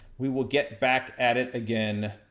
we will get back at it again,